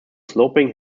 sloping